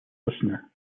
listener